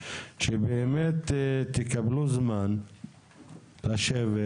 שבאמת תקבלו זמן לשבת,